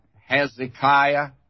Hezekiah